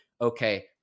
Okay